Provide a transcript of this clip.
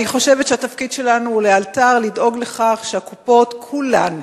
אני חושבת שהתפקיד שלנו הוא לדאוג לאלתר לכך שהקופות כולן,